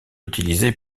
utilisée